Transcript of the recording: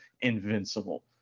invincible